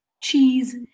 cheese